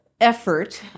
effort